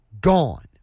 gone